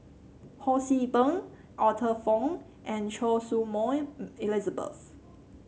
Ho See Beng Arthur Fong and Choy Su Moi Elizabeth